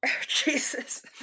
jesus